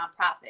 nonprofit